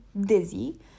dizzy